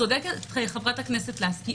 צודקת חברת הכנסת לסקי.